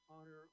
honor